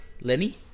Lenny